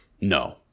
No